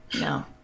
no